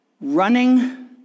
running